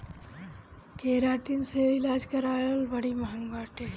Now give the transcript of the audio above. keratin से इलाज करावल बड़ी महँग बाटे